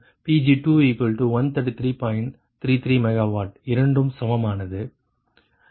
33 MW இரண்டும் சமமானது